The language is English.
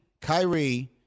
Kyrie